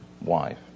wife